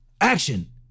Action